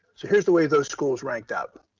so here's the way those schools ranked out,